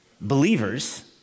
believers